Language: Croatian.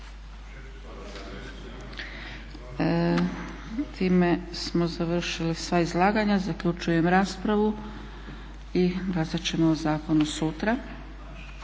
Time smo završili sva izlaganja. Zaključujem raspravu. I glasat ćemo o zakonu sutra.